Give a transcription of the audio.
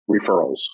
referrals